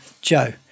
Joe